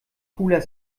cooler